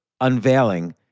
unveiling